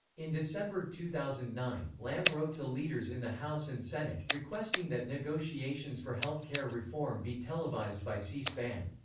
in december two thousand and nine, lamb wrote to leaders in the house and senate, requesting that negotiations for health care reform be televised by c-span.